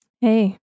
Hey